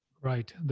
Right